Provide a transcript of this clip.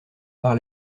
par